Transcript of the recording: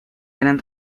eran